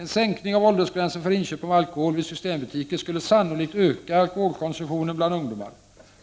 En sänkning av åldersgränsen för inköp av alkohol vid systembutiker skulle sannolikt öka alkoholkonsumtionen bland ungdomar.